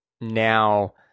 now